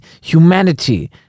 humanity